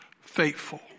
faithful